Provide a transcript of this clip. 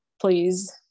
please